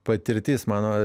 patirtis mano